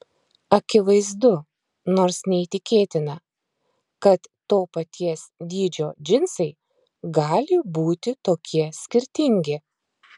akivaizdu nors neįtikėtina kad to paties dydžio džinsai gali būti tokie skirtingi